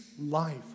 life